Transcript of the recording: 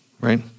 Right